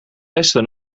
beste